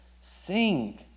Sing